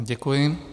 Děkuji.